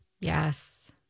Yes